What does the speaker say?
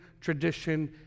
tradition